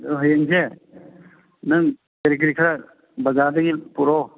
ꯑꯗꯣ ꯍꯌꯦꯡꯁꯦ ꯅꯪ ꯀꯔꯤ ꯀꯔꯤ ꯈꯔ ꯕꯖꯥꯔꯗꯒꯤ ꯄꯨꯔꯛꯑꯣ